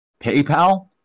PayPal